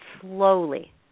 slowly